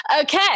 okay